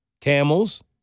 Camels